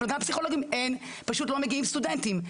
פשוט לא מגיעים סטודנטים.